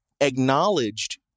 acknowledged